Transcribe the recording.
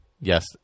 Yes